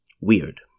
weird